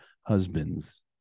Husbands